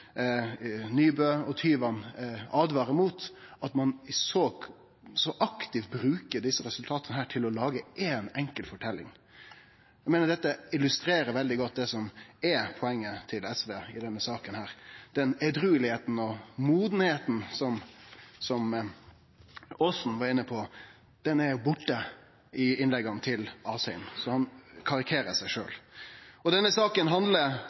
Nybø og Tyvand åtvarar mot, at ein så aktivt bruker desse resultata til å lage ei enkel forteljing. Dette illustrerer veldig godt det som er SV sitt poeng i denne saka: Den edruskapen og modnaden som Aasen var inne på, er borte i innlegga frå Asheim. Han karikerer seg sjølv. Denne saka handlar